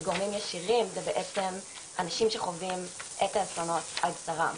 כשגורמים ישירים זה בעצם אנשים שחווים את האסונות על בשרם.